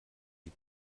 die